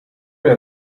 der